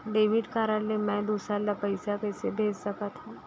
Debit card ले मैं दूसर ला पइसा कइसे भेज सकत हओं?